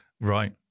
Right